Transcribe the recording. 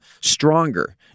stronger